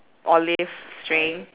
olive string